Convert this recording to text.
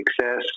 success